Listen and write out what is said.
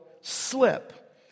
slip